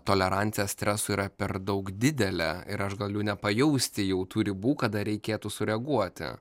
tolerancija stresui yra per daug didelė ir aš galiu nepajausti jau tų ribų kada reikėtų sureaguoti